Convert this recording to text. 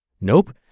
Nope